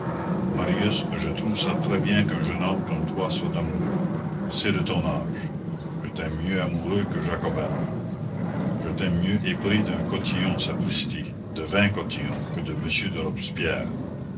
marius je trouve ça très bien qu'un jeune homme comme toi soit amoureux c'est de ton âge je t'aime mieux amoureux que jacobin je t'aime mieux épris d'un cotillon sapristi de vingt cotillons que de monsieur de robespierre